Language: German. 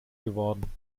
geworden